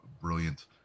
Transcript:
brilliant